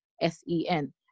S-E-N